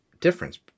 difference